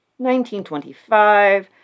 1925